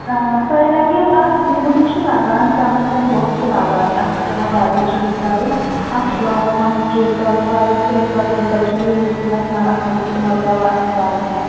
آ تۄہہِ لَگوٕ اَتھ سُموٗدِنٛگ چھِ لَگان کَمس کَم دۄہ چھِ لَگانٕے اَتھ چھِ پٮ۪وان واریاہ چیٖز کَرٕنۍ اَتھ چھُ پٮ۪وان گۄڈٕ مَس سِٹریٹ کَرُن واریاہ کیٚمکَل ویٚمکَل چھِ یوٗز گژھان اَتھ منٛز اِستعمال پٮ۪وان اَسہِ کَرٕنۍ تہٕ